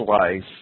life